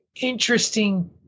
interesting